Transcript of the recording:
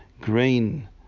grain